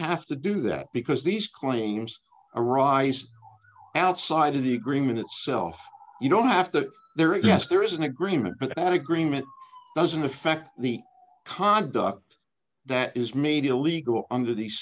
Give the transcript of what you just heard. have to do that because these claims arise outside of the agreement itself you don't have to there yes there is an agreement but that agreement doesn't affect the conduct that is made illegal under the